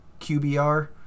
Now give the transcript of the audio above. QBR